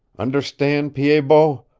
understand, pied-bot?